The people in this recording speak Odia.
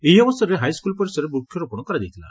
ଏହି ଅବସରେ ହାଇସ୍କୁଲ ପରିସରେ ବୃକ୍ଷରୋପଣ କରାଯାଇଥିଲା